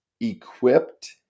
equipped